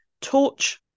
torch